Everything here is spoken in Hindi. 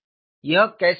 यह कैसे उचित था